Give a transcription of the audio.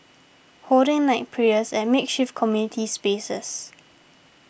holding night prayers at makeshift community spaces